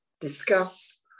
discuss